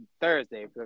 Thursday